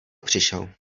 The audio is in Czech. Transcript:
přišel